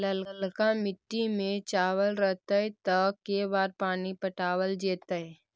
ललका मिट्टी में चावल रहतै त के बार पानी पटावल जेतै?